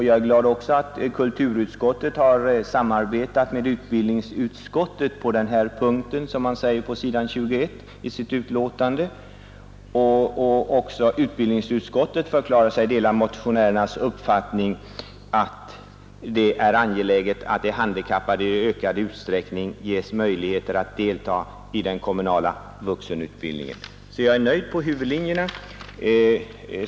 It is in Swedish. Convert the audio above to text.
Jag är också glad att kulturutskottet, som framgår på s. 21 i betänkandet, på den här punkten samarbetat med utbildningsutskottet och att även utbildningsutskottet ”förklarat sig dela motionärens uppfattning att det är angeläget att de handikappade i ökad utsträckning ges möjlighet att delta i den kommunala vuxenutbildningen”. Jag är alltså nöjd när det gäller huvudlinjerna.